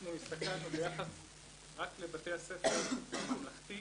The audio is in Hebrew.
אנחנו הסתכלנו ביחס רק לבתי הספר הממלכתי-עברי